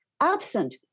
absent